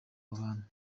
abantu